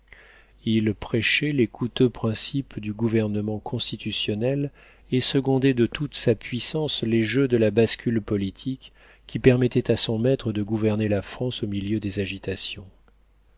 il prêchait les coûteux principes du gouvernement constitutionnel et secondait de toute sa puissance les jeux de la bascule politique qui permettait à son maître de gouverner la france au milieu des agitations